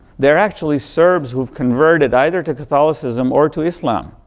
they're actually serbs who have converted either to catholicism or to islam.